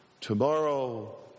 tomorrow